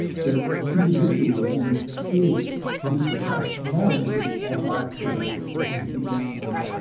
that individualism is the cash value of our preoccupation with honour.